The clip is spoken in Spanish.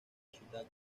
ciudad